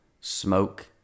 smoke